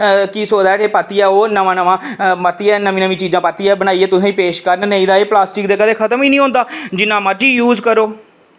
की सोचदा कि परतियै ओह् नमां नमां परतियै नमीं नमीं चीज़ां बनाइयै तुसेंगी पेश करन नेईं ते एह् प्लास्टिक कदें खत्म ई नेईं होंदा जिन्ना मर्ज़ी यूज़ करो